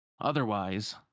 Otherwise